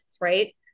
right